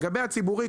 לגבי הציבורי,